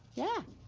yeah.